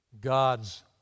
God's